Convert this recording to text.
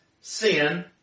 sin